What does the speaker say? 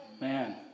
Man